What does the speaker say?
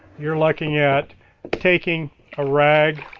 your looking at taking a rag,